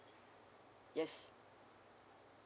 yes